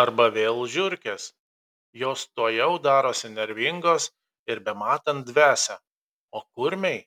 arba vėl žiurkės jos tuojau darosi nervingos ir bematant dvesia o kurmiai